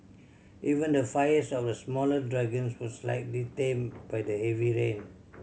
even the fires of the smaller dragons were slightly tamed by the heavy rain